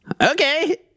Okay